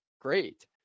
great